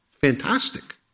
fantastic